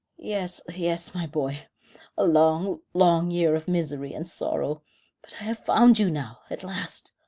yes, yes, my boy a long, long year of misery and sorrow but i have found you now, at last.